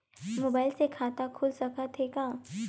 Mobile से खाता खुल सकथे का?